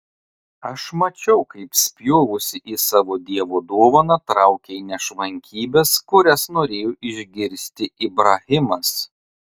aš mačiau kaip spjovusi į savo dievo dovaną traukei nešvankybes kurias norėjo išgirsti ibrahimas